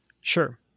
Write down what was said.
Sure